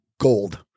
gold